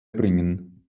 bringen